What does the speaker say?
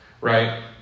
right